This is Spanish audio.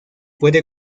puede